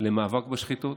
למאבק בשחיתות.